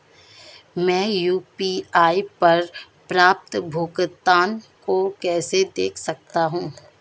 मैं यू.पी.आई पर प्राप्त भुगतान को कैसे देख सकता हूं?